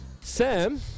Sam